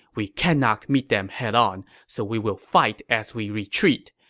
we cannot meet them head on, so we will fight as we retreat.